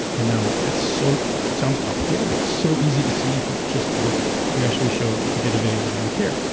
and now, that so sounds complicated, but it's so easy to see if you just look at it if we actually showed, if we did a video like, here.